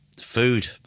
food